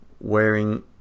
wearing